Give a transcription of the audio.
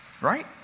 right